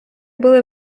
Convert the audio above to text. були